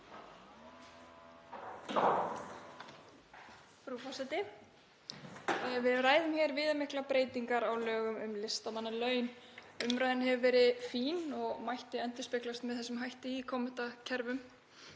Frú forseti. Við ræðum hér viðamiklar breytingar á lögum um listamannalaun. Umræðan hefur verið fín og mætti endurspeglast með þessum hætti í kommentakerfum.